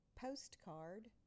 Postcard